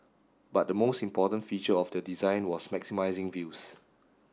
but the most important feature of their design was maximising views